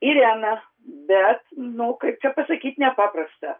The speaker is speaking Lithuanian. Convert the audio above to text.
ireną bet nu kaip čia pasakyt nepaprastą